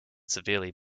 severely